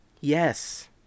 yes